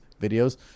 videos